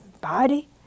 body